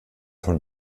von